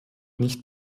nicht